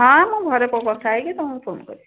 ହଁ ମୁଁ ଘରେ କଥା ହେଇକି ତମକୁ ଫୋନ୍ କରିବି